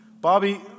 Bobby